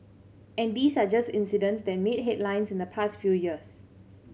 and these are just incidents that made headlines in the past few years